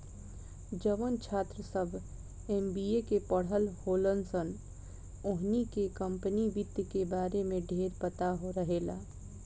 जवन छात्र सभ एम.बी.ए के पढ़ल होलन सन ओहनी के कम्पनी वित्त के बारे में ढेरपता रहेला